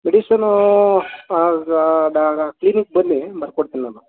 ಮೆಡಿಸಿನೂ clinic ಬನ್ನಿ ಬರ್ಕೊಡ್ತಿನಿ ನಾನು